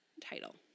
title